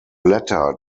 letter